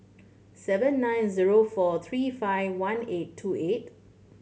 seven nine zero four three five one eight two eight